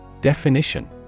Definition